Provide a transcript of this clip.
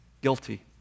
guilty